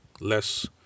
less